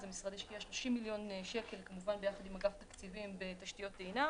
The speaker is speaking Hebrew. המשרד השקיע ביחד עם אגף תקציבים 30 מיליון שקל בתשתיות טעינה.